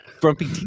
grumpy